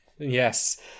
yes